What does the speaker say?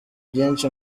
byinshi